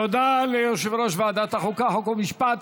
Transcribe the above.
תודה ליושב-ראש ועדת החוקה, חוק ומשפט.